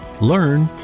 learn